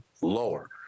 lower